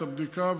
את הבדיקה,